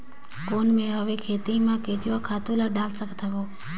कौन मैं हवे खेती मा केचुआ खातु ला डाल सकत हवो?